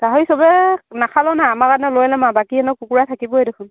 গাহৰি চবে নাখালেও নাই আমাৰ কাৰণে লৈ ল'ম আৰু বাকী ইহঁতলে কুকুৰা থাকিবই দেখোন